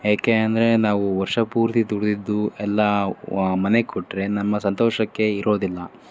ಏಕೆ ಅಂದರೆ ನಾವು ವರ್ಷಪೂರ್ತಿ ದುಡಿದಿದ್ದು ಎಲ್ಲ ಮನೆಗೆ ಕೊಟ್ಟರೆ ನಮ್ಮ ಸಂತೋಷಕ್ಕೆ ಇರೋದಿಲ್ಲ